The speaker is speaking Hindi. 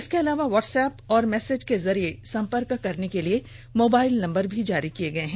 इसके अलावा व्हाट्स एप्प और मैसेज के जरिए संपर्क करने के लिए मोबाइल नंबर भी जारी किया गया है